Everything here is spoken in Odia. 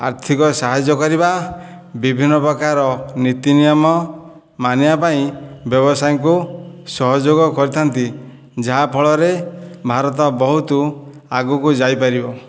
ଆର୍ଥିକ ସାହାଯ୍ୟ କରିବା ବିଭିନ୍ନ ପ୍ରକାର ନିତିନିୟମ ମାନିବାପାଇଁ ବ୍ୟବସାୟୀଙ୍କୁ ସହଯୋଗ କରିଥାନ୍ତି ଯାହାଫଳରେ ଭାରତ ବହୁତ ଆଗକୁ ଯାଇପାରିବ